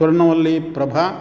स्वर्णवल्लीप्रभा